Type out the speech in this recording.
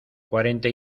cuarenta